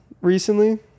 recently